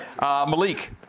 Malik